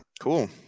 Cool